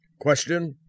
Question